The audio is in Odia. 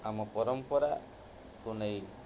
ଆମ ପରମ୍ପରାକୁ ନେଇ